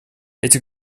эти